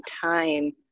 time